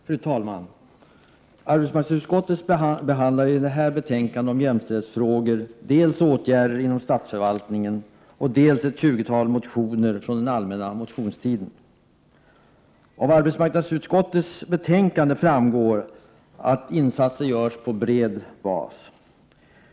Fru talman! Arbetsmarknadsutskottet behandlar i detta betänkande om jämställdhetsfrågor dels åtgärder inom statsförvaltningen, dels ett tjugotal motioner från den allmänna motionstiden. Av arbetsmarknadsutskottets betänkande framgår att insatser görs på bred bas.